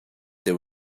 the